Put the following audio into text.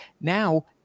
now